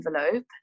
envelope